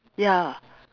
ya